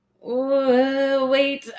wait